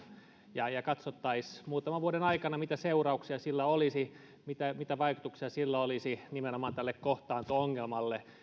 ja ja katsottaisiin muutaman vuoden aikana mitä seurauksia sillä olisi mitä mitä vaikutuksia sillä olisi nimenomaan tälle kohtaanto ongelmalle